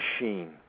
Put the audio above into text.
machine